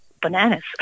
bananas